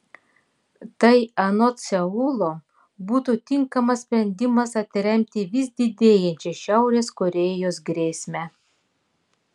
tai anot seulo būtų tinkamas sprendimas atremti vis didėjančią šiaurės korėjos grėsmę